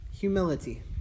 Humility